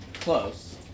close